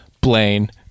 Blaine